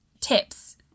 tips